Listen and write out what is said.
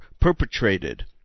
perpetrated